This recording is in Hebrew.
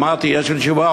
אמרתי: יש תשובה?